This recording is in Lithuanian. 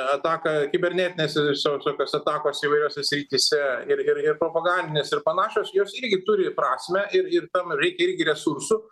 ataka kibernetinėse sau tokios atakos įvairiose srityse ir ir ir propagandinės ir panašios jos irgi turi prasmę ir ir tam reikia irgi resursų